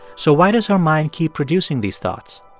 so why does her mind keep producing these thoughts?